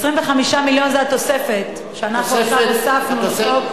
25 מיליון זה התוספת שאנחנו עכשיו הוספנו לחוק.